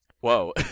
Whoa